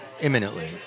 imminently